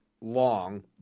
long